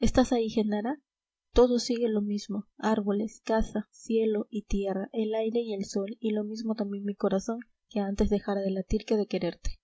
estás ahí genara todo sigue lo mismo árboles casa cielo y tierra el aire y el sol y lo mismo también mi corazón que antes dejará de latir que de quererte